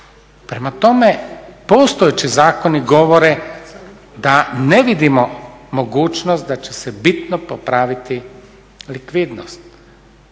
Prema tome, postojeći zakoni govore da ne vidimo mogućnost da će se bitno popraviti likvidnost.